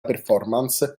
performance